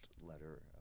letter